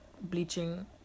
bleaching